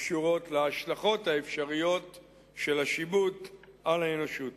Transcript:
הקשורים להשלכות האפשריות של השיבוט על האנושות.